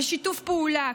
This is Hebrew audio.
בשיתוף פעולה,